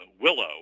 Willow